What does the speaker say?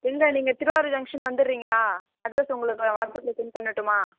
இல்லை நீங்கள் திருவாரூர் ஜெங்க்ஷன் வந்துடுறிங்களா அட்ரஸ்ஸு உங்களுக்கு நான் வாட்ஸ்அப்ல சென்ட் பண்ணட்டுமா